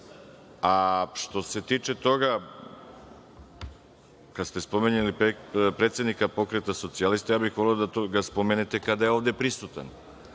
tako? Što se tiče toga, kad ste spominjali predsednika Pokreta socijalista, ja bih voleo da ga spomenete kada je ovde prisutan,